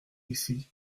ici